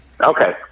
Okay